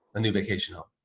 a new vacation home,